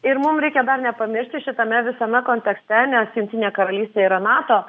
ir mum reikia dar nepamiršti šitame visame kontekste nes jungtinė karalystė yra nato